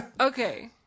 Okay